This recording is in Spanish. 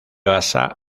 basa